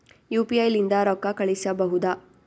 UPI ಲಿಂದ ರೊಕ್ಕ ಕಳಿಸಬಹುದಾ?